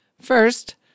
First